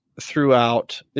throughout